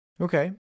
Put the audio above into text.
Okay